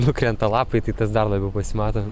nukrenta lapai tai tas dar labiau pasimato